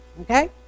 Okay